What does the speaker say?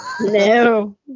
No